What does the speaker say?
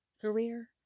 career